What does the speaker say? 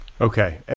Okay